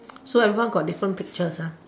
so everyone got different pictures ah